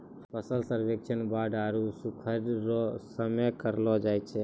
फसल सर्वेक्षण बाढ़ आरु सुखाढ़ रो समय करलो जाय छै